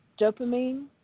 dopamine